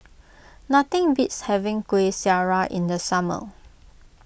nothing beats having Kueh Syara in the summer